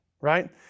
right